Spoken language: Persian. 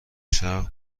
شرق